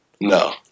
No